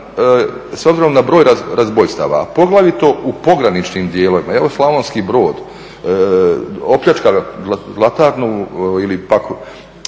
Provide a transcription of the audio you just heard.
s obzirom na broj razbojstava, a poglavito u pograničnim dijelovima. Evo Slavonski Brod opljačkao zlatarnu ili pak